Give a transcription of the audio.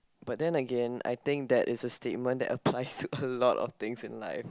but then again I think that is a statement that applies to a lot of things in life